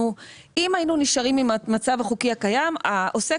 אם היינו נשארים עם המצב החוקי הקיים העוסק